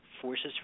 forces